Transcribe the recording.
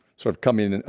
sort of coming, and and ah,